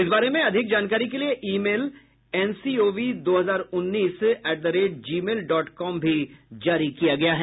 इस बारे में अधिक जानकारी के लिए ईमेल एनसीओवी दो हजार उन्नीस जीमेल डॉट कॉम भी जारी किया है